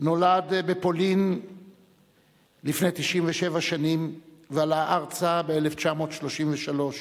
נולד בפולין לפני 97 שנים ועלה ארצה ב-1933,